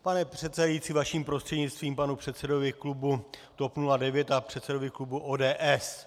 Pane předsedající, vaším prostřednictvím k panu předsedovi klubu TOP 09 a předsedovi klubu ODS.